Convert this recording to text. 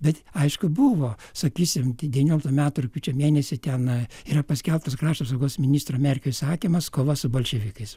bet aišku buvo sakysime devynioliktų metų rugpjūčio mėnesį ten yra paskelbtas krašto apsaugos ministro merkio įsakymas kova su bolševikais